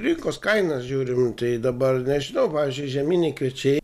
rinkos kainas žiūrim tai dabar nežinau pavyzdžiui žieminiai kviečiai